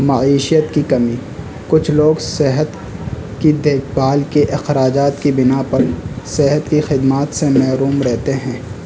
معیشت کی کمی کچھ لوگ صحت کی دیکھ بھال کے اخراجات کی بنا پر صحت کی خدمات سے محروم رہتے ہیں